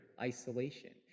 isolation